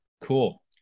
cool